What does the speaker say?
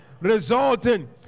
resulting